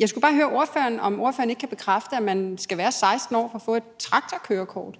Jeg skal bare høre ordføreren, om ordføreren ikke kan bekræfte, at man skal være 16 år for at få et traktorkørekort.